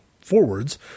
forwards